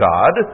God